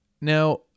Now